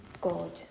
God